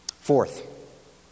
Fourth